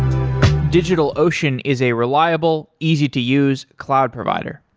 digitalocean is a reliable, easy to use cloud provider.